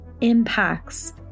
impacts